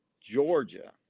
Georgia